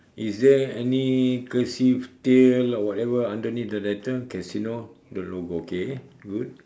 is there any cursive tail or whatever underneath the letter casino the logo okay good